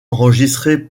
enregistrés